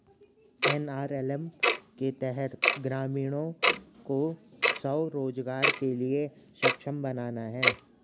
NRLM के तहत ग्रामीणों को स्व रोजगार के लिए सक्षम बनाना है